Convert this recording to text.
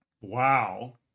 wow